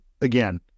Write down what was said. again